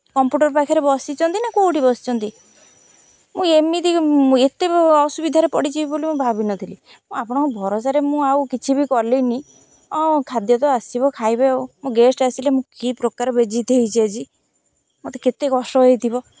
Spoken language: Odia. କମ୍ପୁଟର୍ ପାଖରେ ବସିଛନ୍ତି ନା କେଉଁଠି ବସିଛନ୍ତି ମୁଁ ଏମିତି ଏତେ ଅସୁବିଧାରେ ପଡ଼ିଯିବି ବୋଲି ମୁଁ ଭାବିନଥିଲି ଆପଣଙ୍କ ଭରସାରେ ମୁଁ ଆଉ କିଛି ବି କଲିନି ହଁ ଖାଦ୍ୟ ତ ଆସିବ ଖାଇବେ ଆଉ ମୋ ଗେଷ୍ଟ୍ ଆସିଲେ ମୁଁ କି ପ୍ରକାର ବେଜ୍ଜୀତ୍ ହେଇଛି ଆଜି ମୋତେ କେତେ କଷ୍ଟ ହୋଇଥିବ